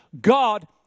God